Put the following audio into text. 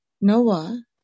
Noah